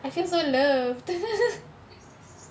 I feel so loved